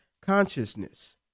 consciousness